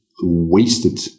wasted